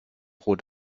rot